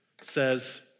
says